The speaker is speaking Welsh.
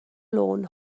lôn